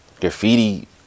Graffiti